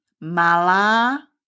Mala